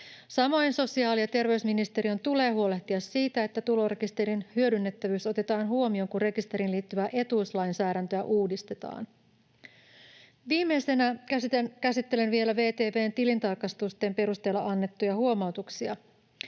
Samoin sosiaali‑ ja terveysministeriön tulee huolehtia siitä, että tulorekisterin hyödynnettävyys otetaan huomioon, kun rekisteriin liittyvää etuuslainsäädäntöä uudistetaan. Viimeisenä käsittelen vielä VTV:n tilintarkastusten perusteella annettuja huomautuksia.